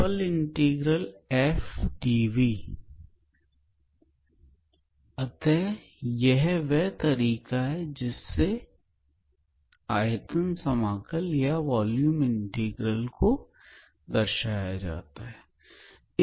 ∭𝑓𝑑𝑉इस प्रकार आयतन समाकल या वॉल्यूम इंटीग्रल को दर्शाया जाता है